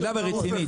כבדה ורצינית.